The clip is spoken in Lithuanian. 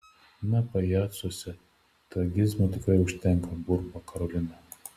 na pajacuose tragizmo tikrai užtenka burba karolina